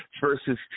versus